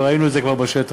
וראינו את זה כבר בשטח.